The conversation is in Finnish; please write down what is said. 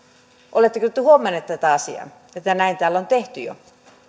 oletteko te huomanneet tätä asiaa että näin täällä on tehty jo